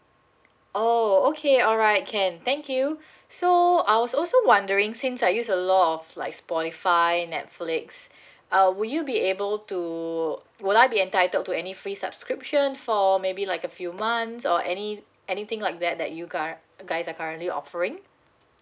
oh okay alright can thank you so I was also wondering since I use a lot of like sportify netflix uh would you be able to would I be entitled to any free subscription for maybe like a few months or any anything like that that you guy~ guys are currently offering